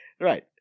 right